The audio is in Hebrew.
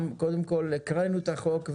הקראנו את התקנות.